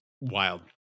wild